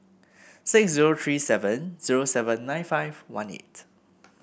six zero three seven zero seven nine five one eight